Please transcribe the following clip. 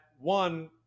one